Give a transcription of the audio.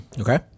Okay